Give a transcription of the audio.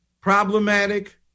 problematic